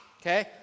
Okay